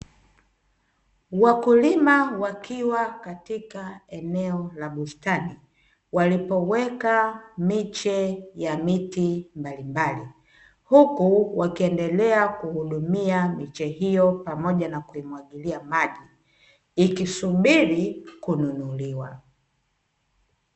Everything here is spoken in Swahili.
Wakulima wakiwa katika eneo la bustani, walipoweka miche ya miti mbalimbali, huku wakiendelea kuhudumia miche hiyo pamoja na kuimwagilia maji, ikisubiri kununuliwa.